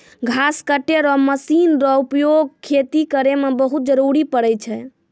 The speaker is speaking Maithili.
घास कटै रो मशीन रो उपयोग खेती करै मे बहुत जरुरी पड़ै छै